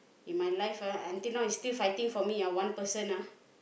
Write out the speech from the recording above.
in my life ah until now he still fighting for me ah one person ah